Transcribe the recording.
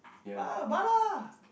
Ba Bala